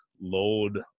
load